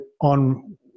on